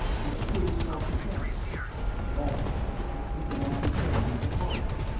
in pure self-defense and that knowledge had taken off the edge of the horror.